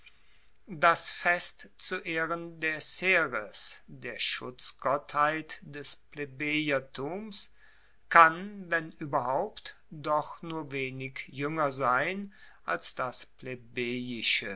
das fest zu ehren der ceres der schutzgottheit des plebejertums kann wenn ueberhaupt doch nur wenig juenger sein als das